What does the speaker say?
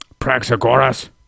Praxagoras